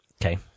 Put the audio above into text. Okay